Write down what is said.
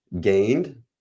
gained